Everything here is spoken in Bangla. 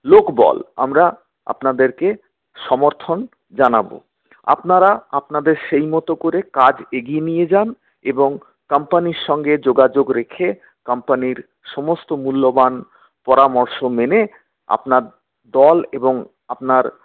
লোকবল আমরা আপনাদেরকে সমর্থন জানাবো আপনারা আপনাদের সেইমতো করে কাজ এগিয়ে নিয়ে যান এবং কম্পানির সঙ্গে যোগাযোগ রেখে কম্পানির সমস্ত মূল্যবান পরামর্শ মেনে আপনার দল এবং আপনার